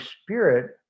spirit